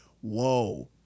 whoa